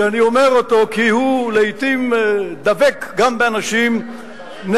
שאני אומר אותו כי הוא לעתים דבק גם באנשים נבונים.